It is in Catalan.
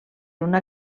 una